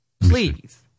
please